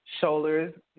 shoulders